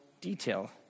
detail